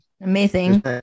amazing